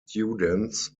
students